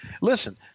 listen